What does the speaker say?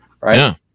right